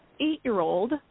eight-year-old